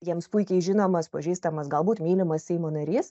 jiems puikiai žinomas pažįstamas galbūt mylimas seimo narys